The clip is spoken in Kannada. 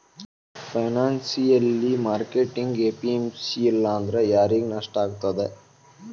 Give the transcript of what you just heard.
ಫೈನಾನ್ಸಿಯಲ್ ಮಾರ್ಕೆಟಿಂಗ್ ಎಫಿಸಿಯನ್ಸಿ ಇಲ್ಲಾಂದ್ರ ಯಾರಿಗ್ ನಷ್ಟಾಗ್ತದ?